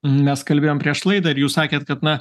mes kalbėjom prieš laidą ir jūs sakėt kad na